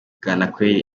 bwanakweli